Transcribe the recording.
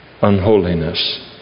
unholiness